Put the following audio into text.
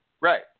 Right